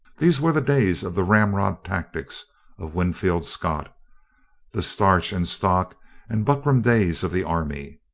these were the days of the ramrod tactics of winfield scott the starch and stock and buckram days of the army.